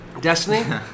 Destiny